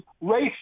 race